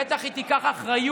בטח היא תיקח אחריות.